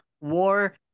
war